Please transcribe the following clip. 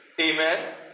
Amen